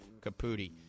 Caputi